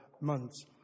months